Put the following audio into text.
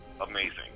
Amazing